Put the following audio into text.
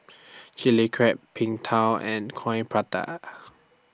Chilli Crab Png Tao and Coin Prata